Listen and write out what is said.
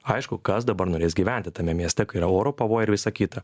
aišku kas dabar norės gyventi tame mieste kai yra oro pavojai ir visa kita